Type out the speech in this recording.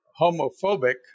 homophobic